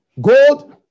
gold